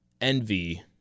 envy